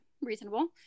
reasonable